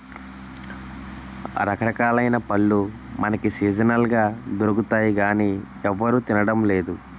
రకరకాలైన పళ్ళు మనకు సీజనల్ గా దొరుకుతాయి గానీ ఎవరూ తినడం లేదు